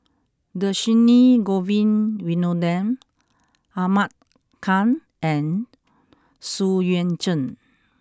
Dhershini Govin Winodan Ahmad Khan and Xu Yuan Zhen